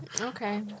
Okay